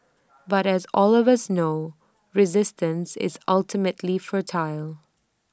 but as all of us know resistance is ultimately futile